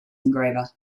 engraver